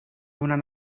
donar